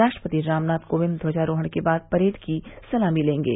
राष्ट्रपति रामनाथ कोविंद ध्वजारोहण के बाद परेड की सलामी लेंगे